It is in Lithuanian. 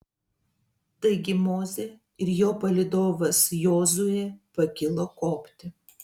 taigi mozė ir jo palydovas jozuė pakilo kopti